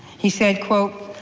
he said quote,